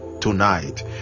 tonight